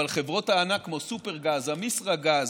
אבל חברות הענק כמו סופרגז, אמישרגז,